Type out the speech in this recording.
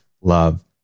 love